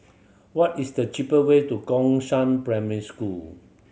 what is the cheapest way to Gongshang Primary School